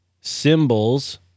symbols